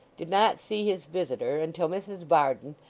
did not see his visitor, until mrs varden,